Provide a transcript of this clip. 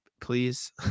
Please